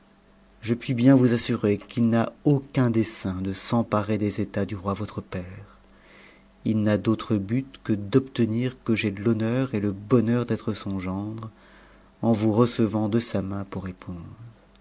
je puis t'ten vousassurerqu'it n'a aucun dessein de s'emparer des états du roi votre père il n'a d'autre but que d'obtenir que j'aie l'honneur et le bonheur d'être sou gendre en vous recevant de sa main pour